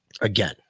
Again